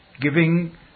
giving